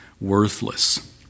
worthless